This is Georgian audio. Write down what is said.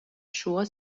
შუა